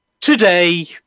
today